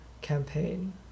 campaign